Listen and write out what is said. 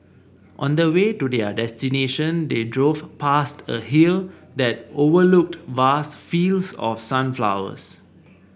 on the way to their destination they drove past a hill that overlooked vast fields of sunflowers